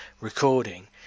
recording